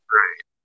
right